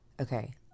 okay